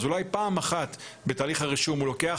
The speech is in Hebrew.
אז אולי פעם אחת תהליך הרישום לוקח